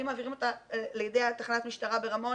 האם מעבירים אותה לידי תחנת משטרה ברמון?